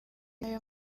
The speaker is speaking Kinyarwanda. nayo